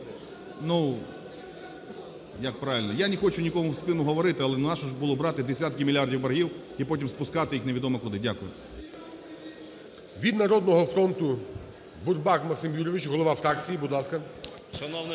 як правильно, я не хочу нікому в спину говорити, але нащо було брати десятки мільярдів боргів і потім спускати їх невідомо куди. Дякую. ГОЛОВУЮЧИЙ. Від "Народного фронту"Бурбак Максим Юрійович, голова фракції. Будь ласка.